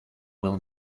will